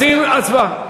רוצים הצבעה, ?